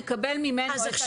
נקבל ממנו את אנשי הקשר.